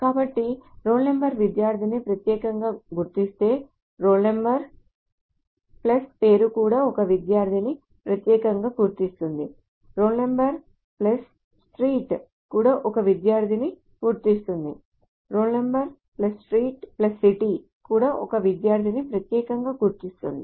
కాబట్టి roll number విద్యార్థిని ప్రత్యేకంగా గుర్తిస్తే రోల్ నంబర్ పేరు కూడా ఒక విద్యార్థిని ప్రత్యేకంగా గుర్తిస్తుంది రోల్ నంబర్ స్ట్రీట్ కూడా ఒక విద్యార్థిని గుర్తిస్తుంది రోల్ నంబర్ స్ట్రీట్ సిటీ కూడా ఒక విద్యార్థిని ప్రత్యేకంగా గుర్తిస్తుంది